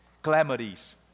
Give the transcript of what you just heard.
calamities